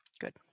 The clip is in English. Good